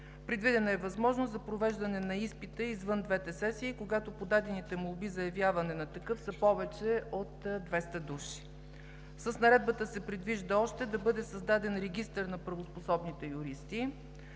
Предвидена е възможност за провеждане на изпита извън двете сесии, когато подадените молби за явяване на такъв са повече от 200 души. С Наредбата се предвижда още да бъде създаден Регистър на правоспособните юристи.